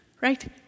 right